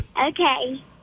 Okay